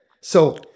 So-